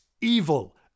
evil